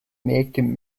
making